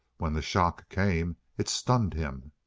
when the shock came, it stunned him.